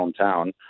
hometown